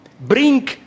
bring